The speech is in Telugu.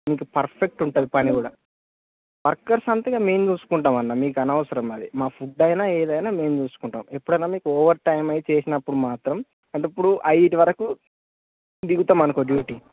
మీకు పర్ఫెక్ట్ ఉంటుంది పని కూడా వర్కర్స్ అంతా మేము చూసుకుంటాం అన్నా మీకు అనవసరం అది మా ఫుడ్ అయినా ఏదైనా మేము చూసుకుంటాము ఎప్పుడు అయినా మీకు ఓవర్ టైం అవి చేసినప్పుడు మాత్రం అంటే ఇప్పుడు ఐదు వరకు దిగుతాం అనుకో డ్యూటీ